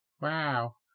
Wow